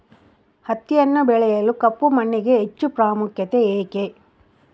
ಹತ್ತಿಯನ್ನು ಬೆಳೆಯಲು ಕಪ್ಪು ಮಣ್ಣಿಗೆ ಹೆಚ್ಚು ಪ್ರಾಮುಖ್ಯತೆ ಏಕೆ?